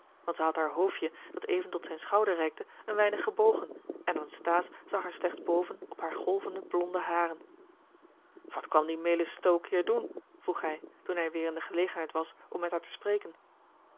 want zij had haar hoofdje dat even tot zijn schouder reikte een weinig gebogen en anasthase zag haar slechts boven op hare golvende blonde haren wat kwam die melis stoke hier doen vroeg hij toen hij weêr in de gelegenheid was om met haar te spreken